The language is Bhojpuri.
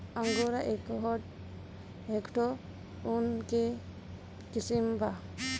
अंगोरा एक ठो ऊन के किसिम बा